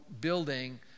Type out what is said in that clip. building